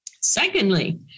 Secondly